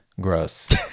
Gross